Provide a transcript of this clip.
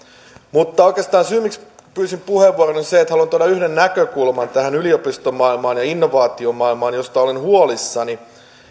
mutta oikeastaan syy miksi pyysin puheenvuoron on se että haluan tuoda yhden näkökulman tähän yliopistomaailmaan ja innovaatiomaailmaan josta olen huolissani